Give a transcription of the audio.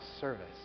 service